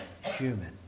human